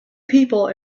people